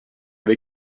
they